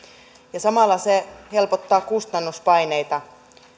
ja samalla se helpottaa kustannuspaineita